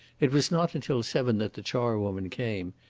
it was not until seven that the charwoman came.